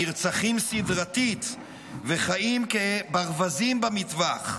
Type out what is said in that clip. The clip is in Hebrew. הנרצחים סדרתית וחיים כברווזים במטווח.